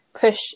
push